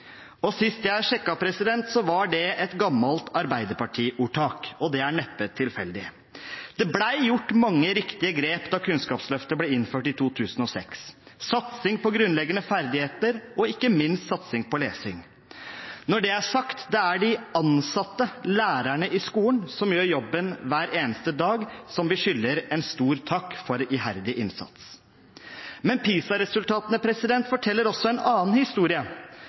og sist jeg sjekket, var det et gammelt Arbeiderparti-ordtak. Det er neppe tilfeldig. Det ble gjort mange riktige grep da Kunnskapsløftet ble innført i 2006: satsing på grunnleggende ferdigheter og ikke minst satsing på lesing. Når det er sagt: Det er de ansatte, lærerne i skolen som gjør jobben hver eneste dag, som vi skylder en stor takk for iherdig innsats. Men PISA-resultatene forteller også en annen historie.